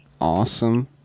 awesome